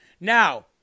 Now